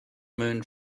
moon